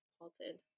halted